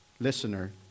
listener